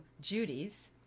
Judy's